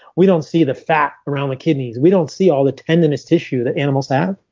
we don't see the fat around the kidneys. we don't see all the tendinous tissue that animals have.